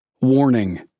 Warning